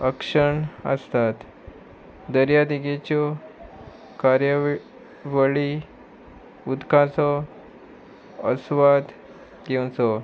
अक्षण आसतात दर्यादेगेच्यो कार्यावळी उदकाचो असवाद घेवचो